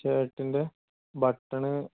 ഷർട്ടിൻ്റെ button